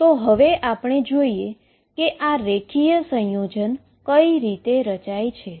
તો હવે આપણે જોઈએ કે આ લીનીઅર કોમ્બીનેશનન કઈ રીતે રચાય છે